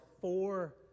four